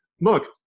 Look